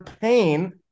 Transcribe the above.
pain